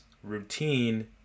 routine